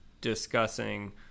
discussing